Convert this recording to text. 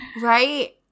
Right